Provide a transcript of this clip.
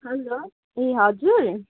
hello ए हजुर